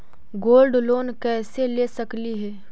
Gold loan कैसे ले सकली हे?